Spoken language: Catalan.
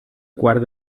quart